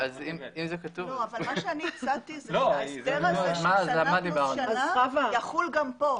אני הצעתי שההסדר הזה של שנה פלוס שנה יחול גם כאן.